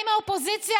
אני מהאופוזיציה,